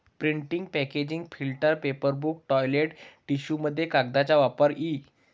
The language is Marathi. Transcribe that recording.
printing packaging filter paper book toilet टिश्यूमध्ये कागदाचा वापर इ